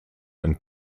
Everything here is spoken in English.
and